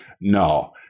No